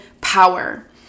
power